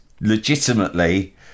legitimately